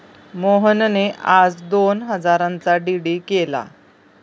मोहनने आज दोन हजारांचा डी.डी केला